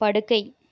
படுக்கை